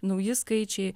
nauji skaičiai